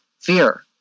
fear